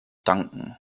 danken